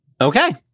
Okay